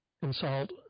consult